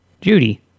Judy